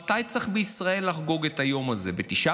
מתי צריך לחגוג את היום הזה בישראל,